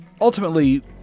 ultimately